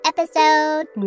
Episode